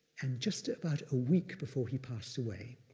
and just about a week before he passed away,